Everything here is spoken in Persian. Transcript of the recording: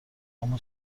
اما